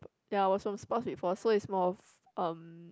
ya I was from sports before so is more of um